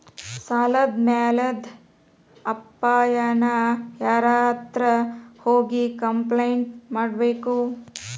ಸಾಲದ್ ಮ್ಯಾಲಾದ್ ಅಪಾಯಾನ ಯಾರ್ಹತ್ರ ಹೋಗಿ ಕ್ಂಪ್ಲೇನ್ಟ್ ಕೊಡ್ಬೇಕು?